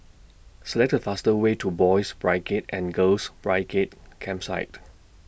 Select The faster Way to Boys' Brigade and Girls' Brigade Campsite